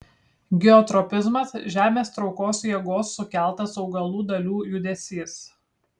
geotropizmas žemės traukos jėgos sukeltas augalų dalių judesys